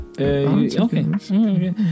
Okay